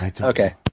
okay